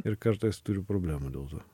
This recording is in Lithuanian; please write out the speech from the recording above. ir kartais turiu problemų dėl to